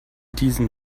diesen